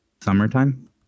summertime